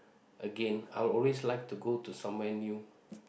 Again I would always like to go to somewhere new